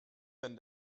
wenn